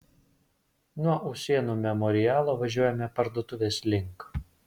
nuo usėnų memorialo važiuojame parduotuvės link